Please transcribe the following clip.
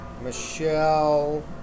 Michelle